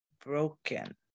broken